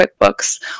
QuickBooks